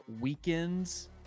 weekends